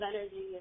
energy